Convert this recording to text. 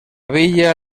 villa